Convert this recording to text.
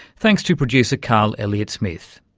thanks to producer carl elliott smith.